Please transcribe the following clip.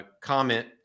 comment